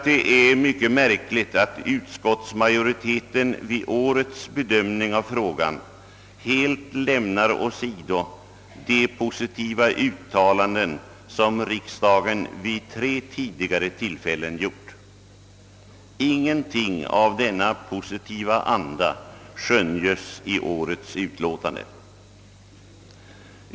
Det är mycket märkligt att utskottsmajoriteten vid årets bedömning av frågan helt lämnar åsido de positiva uttalanden, som riksdagen vid tre tidigare tillfällen gjort. Ingenting av denna positiva anda skönjes i dess utlåtande.